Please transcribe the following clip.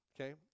Okay